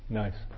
nice